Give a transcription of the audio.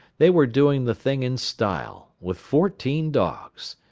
they were doing the thing in style, with fourteen dogs.